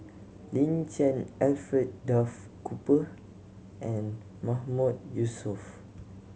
Lin Chen Alfred Duff Cooper and Mahmood Yusof